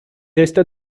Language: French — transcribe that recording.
resta